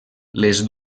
les